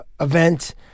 event